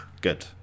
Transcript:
Good